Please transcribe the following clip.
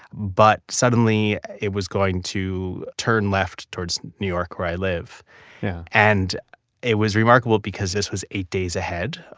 but suddenly it was going to turn left towards new york where i live yeah and it was remarkable because this was eight days ahead.